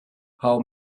how